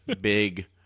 big